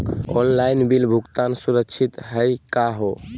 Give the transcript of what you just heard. Online bill भुगतान सुरक्षित हई का हो?